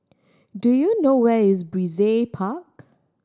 do you know where is Brizay Park